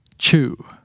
chew